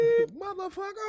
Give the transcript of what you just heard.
Motherfucker